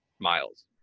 Miles